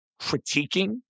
critiquing